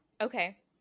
Okay